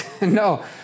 No